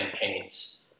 campaigns